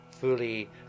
fully